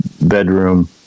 bedroom